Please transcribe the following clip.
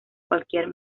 cualquier